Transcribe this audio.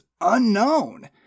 unknown